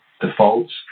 defaults